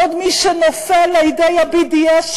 עוד מי שנופל לידי ה-BDS,